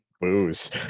booze